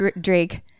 drake